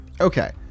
Okay